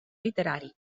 literari